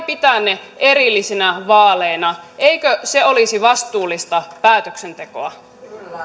pitää ne erillisinä vaaleina eikö se olisi vastuullista päätöksentekoa